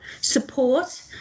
support